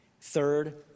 Third